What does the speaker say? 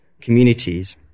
communities